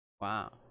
Wow